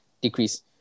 decrease